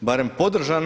barem podržano.